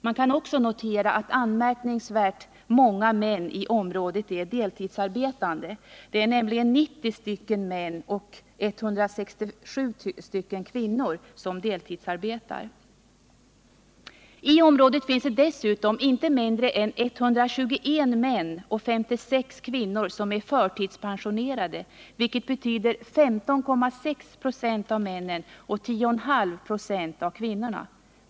Man kan också notera att anmärkningsvärt många män i området är deltidsarbetande; det är nämligen 90 män och 167 kvinnor som deltidsarbetar. I området finns dessutom inte mindre än 121 män och 56 kvinnor som är förtidspensionerade, vilket betyder 15,6 26 av männen och 10,5 926 av kvinnorna.